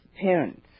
parents